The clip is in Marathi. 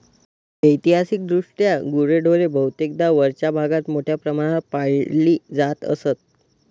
ऐतिहासिकदृष्ट्या गुरेढोरे बहुतेकदा वरच्या भागात मोठ्या प्रमाणावर पाळली जात असत